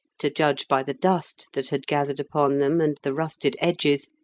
to judge by the dust that had gathered upon them, and the rusted edges,